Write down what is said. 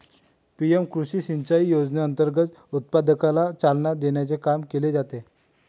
PM कृषी सिंचाई योजनेअंतर्गत उत्पादकतेला चालना देण्याचे काम केले जाते